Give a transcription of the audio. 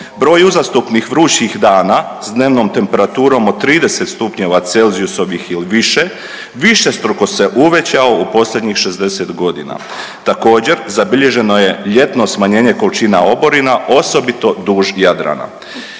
Broj uzastopnih vrućih dana s dnevnom temperaturom od 30 stupnjeva Celzijusovih ili više višestruko se uvećao u posljednjih 60 godina. Također zabilježeno je ljetno smanjenje količina oborina osobito duž Jadrana.